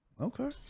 Okay